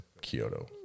Kyoto